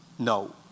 No